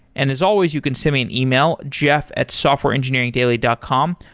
and as always, you can send me an email, jeff at softwareengineeringdaily dot com.